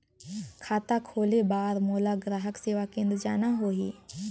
खाता खोले बार मोला ग्राहक सेवा केंद्र जाना होही?